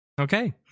Okay